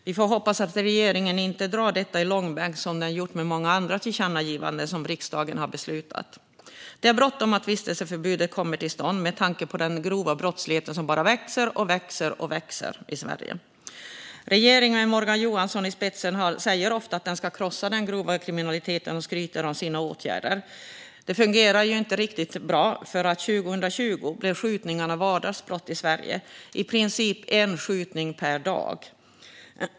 Vi får hoppas att regeringen inte drar detta i långbänk, som den gjort med många andra tillkännagivanden som riksdagen har beslutat om. Det är bråttom att vistelseförbudet kommer till stånd med tanke på den grova brottslighet som bara växer och växer i Sverige. Regeringen, med Morgan Johansson i spetsen, säger ofta att den ska krossa den grova kriminaliteten och skryter om sina åtgärder. Det fungerar ju inte riktigt bra. År 2020 blev skjutningarna vardagsbrott i Sverige; det skedde i princip en skjutning per dag.